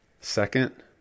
second